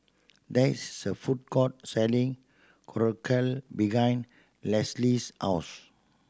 there is a food court selling Korokke behind Leslee's house